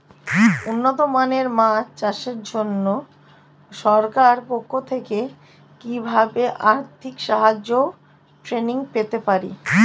উন্নত মানের মাছ চাষের জন্য সরকার পক্ষ থেকে কিভাবে আর্থিক সাহায্য ও ট্রেনিং পেতে পারি?